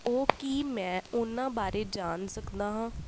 ਉਹ ਕੀ ਮੈਂ ਉਨ੍ਹਾਂ ਬਾਰੇ ਜਾਣ ਸਕਦਾ ਹਾਂ